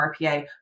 RPA